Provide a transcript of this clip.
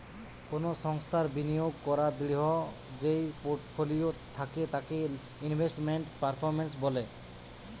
কোনো সংস্থার বিনিয়োগ করাদূঢ় যেই পোর্টফোলিও থাকে তাকে ইনভেস্টমেন্ট পারফরম্যান্স বলে